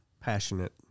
passionate